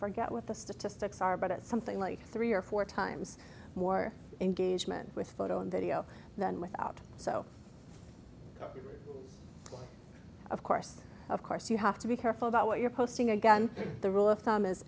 forget what the statistics are but it's something like three or four times more engagement with photo and video than without so of course of course you have to be careful about what you're posting again the rule of thumb is